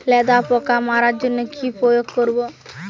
লেদা পোকা মারার জন্য কি প্রয়োগ করব?